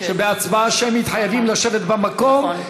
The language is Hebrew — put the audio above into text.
שבהצבעה שמית חייבים לשבת במקום.